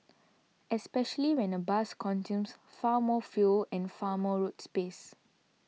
especially when a bus consumes far more fuel and far more road space